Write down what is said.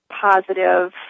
positive